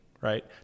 right